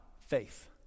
faith